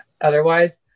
otherwise